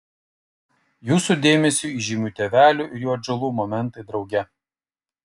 jūsų dėmesiui įžymių tėvelių ir jų atžalų momentai drauge